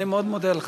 אני מאוד מודה לך.